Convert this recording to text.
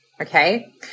okay